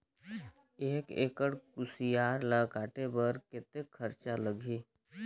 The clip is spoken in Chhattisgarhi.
एक एकड़ कुसियार ल काटे बर कतेक खरचा लगही?